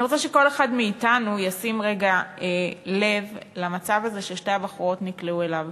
אני רוצה שכל אחד מאתנו ישים רגע לב למצב ששתי הבחורות נקלעו אליו,